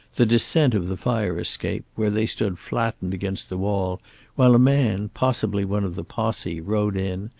the descent of the fire-escape, where they stood flattened against the wall while a man, possibly one of the posse, rode in,